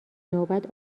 نوبت